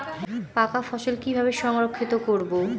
পাকা ফসল কিভাবে সংরক্ষিত করব?